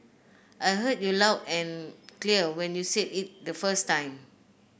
I heard you loud and clear when you said it the first time